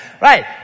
right